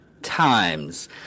times